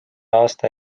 aasta